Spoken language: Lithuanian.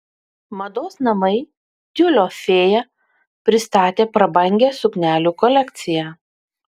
mados namai tiulio fėja pristatė prabangią suknelių kolekciją